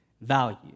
value